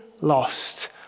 lost